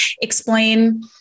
explain